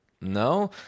no